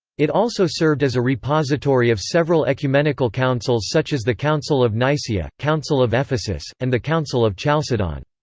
it also served as a repository of several ecumenical councils such as the council of nicea, council of ephesus, and the council of chalcedon.